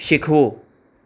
શીખવું